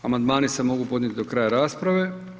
Amandmani se mogu podnijeti do kraja rasprave.